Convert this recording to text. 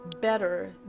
better